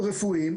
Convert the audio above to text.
רפואיים.